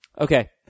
Okay